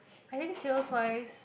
I think sales wise